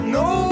no